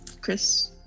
chris